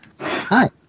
Hi